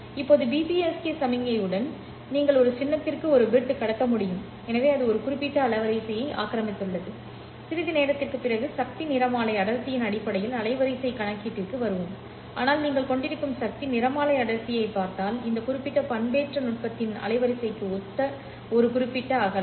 இப்போது BPSK சமிக்ஞையுடன் நீங்கள் ஒரு சின்னத்திற்கு ஒரு பிட் கடத்த முடியும் எனவே அது ஒரு குறிப்பிட்ட அலைவரிசையை ஆக்கிரமித்துள்ளது சிறிது நேரத்திற்குப் பிறகு சக்தி நிறமாலை அடர்த்தியின் அடிப்படையில் அலைவரிசை கணக்கீட்டிற்கு வருவோம் ஆனால் நீங்கள் கொண்டிருக்கும் சக்தி நிறமாலை அடர்த்தியைப் பார்த்தால் இந்த குறிப்பிட்ட பண்பேற்ற நுட்பத்தின் அலைவரிசைக்கு ஒத்த ஒரு குறிப்பிட்ட அகலம்